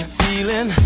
feeling